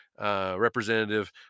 Representative